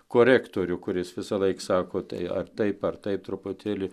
korektorių kuris visąlaik sako tai ar taip ar taip truputėlį